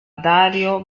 dario